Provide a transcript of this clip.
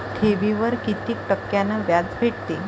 ठेवीवर कितीक टक्क्यान व्याज भेटते?